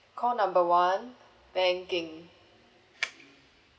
call number one banking